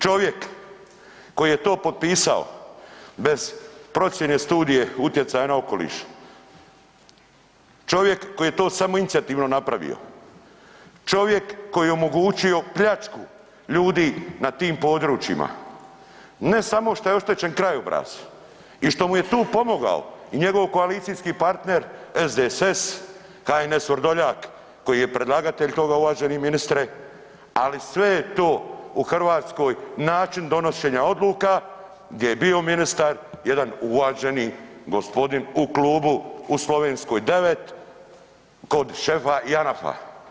Čovjek koji je to potpisao bez procijene studije utjecaja na okoliš, čovjek koji je to samoinicijativno napravio, čovjek koji je omogućio pljačku ljudi na tim područjima, ne samo šta je oštećen krajobraz i što mu je tu pomogao i njegov koalicijski partner SDSS, HNS, Vrdoljak koji je predlagatelj toga uvaženi ministre, ali sve je to u Hrvatskoj način donošenja odluka gdje je bio ministar jedan uvaženi gospodin u klubu u Slovenskoj 9 kod šefa Janafa.